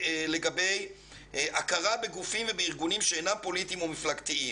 לגבי הכרה בגופים ובארגונים שאינם פוליטיים או מפלגתיים: